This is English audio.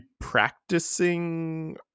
practicing